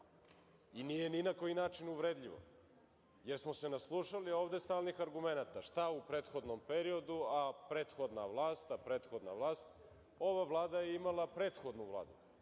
i nije ni na koji način uvredljivo, jer smo se naslušali ovde stalnih argumenata, šta u prethodnom periodu, a prethodna vlast. Ova Vlada je imala prethodnu Vladu